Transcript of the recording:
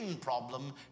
problem